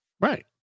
right